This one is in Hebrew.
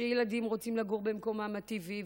שילדים רוצים לגור במקומם הטבעי,